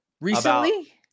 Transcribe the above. recently